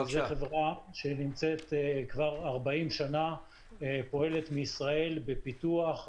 זוהי חברה שנמצאת כבר 40 שנה והיא פועלת מישראל בפיתוח,